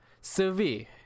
survey